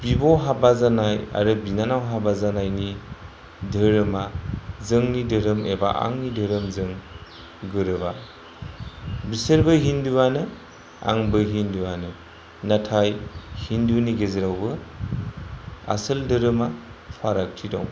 बिब' हाबा जानाय आरो बिनानाव हाबा जानायनि धोरोमा जोंनि धोरोमजों एबा आंनि धोरोमजों गोरोबा बिसोरबो हिन्दुआनो आंबो हिन्दुआनो नाथाय हिन्दुनि गेजेरावबो गुबै धोरोमा फारागथि दं